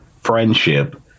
friendship